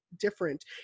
different